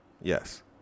Yes